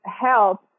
help